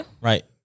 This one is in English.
right